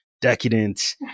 decadent